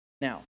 Now